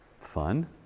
fun